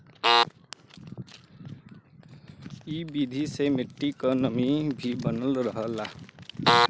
इ विधि से मट्टी क नमी भी बनल रहला